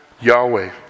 Yahweh